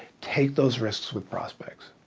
take those risks with prospects.